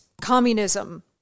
communism